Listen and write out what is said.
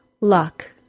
luck